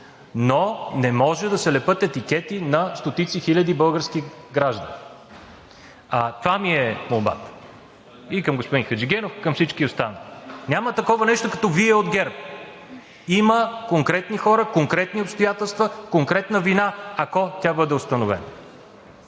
но не може да се лепят етикети на стотици хиляди български граждани. Това е молбата ми и към господин Хаджигенов, и към всички останали. Няма такова нещо като: Вие от ГЕРБ. Има конкретни хора, конкретни обстоятелства, конкретна вина, ако тя бъде установена.